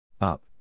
Up